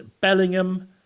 Bellingham